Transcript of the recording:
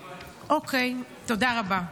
אוקיי, תודה רבה.